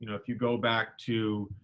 you know if you go back to,